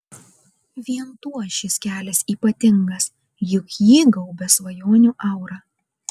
vien tuo šis kelias ypatingas juk jį gaubia svajonių aura